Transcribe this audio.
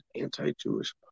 anti-Jewish